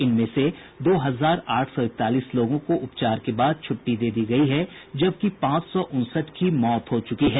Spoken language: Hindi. इनमें से दो हजार आठ सौ इकतालीस लोगों को उपचार के बाद छुट्टी दे दी गयी है जबकि पांच सौ उनसठ की मौत हो चुकी है